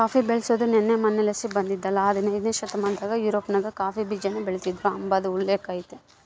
coffee ಬೆಳ್ಸಾದು ನಿನ್ನೆ ಮನ್ನೆಲಾಸಿ ಬಂದಿದ್ದಲ್ಲ ಹದನೈದ್ನೆ ಶತಮಾನದಾಗ ಯುರೋಪ್ನಾಗ ಕಾಫಿ ಬೀಜಾನ ಬೆಳಿತೀದ್ರು ಅಂಬಾದ್ಕ ಉಲ್ಲೇಕ ಐತೆ